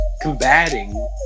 combating